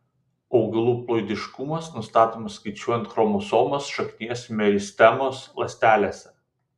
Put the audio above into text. augalų ploidiškumas nustatomas skaičiuojant chromosomas šaknies meristemos ląstelėse